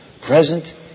present